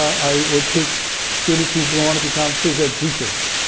i would teach students who wanna become phys ed teachers.